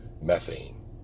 methane